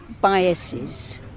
biases